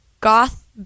goth